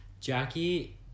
Jackie